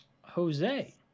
jose